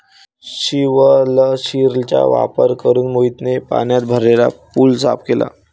शिवलाशिरचा वापर करून मोहितने पाण्याने भरलेला पूल साफ केला